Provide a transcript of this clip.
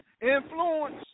influence